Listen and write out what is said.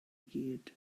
gyd